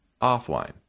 offline